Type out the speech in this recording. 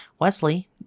Wesley